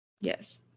Yes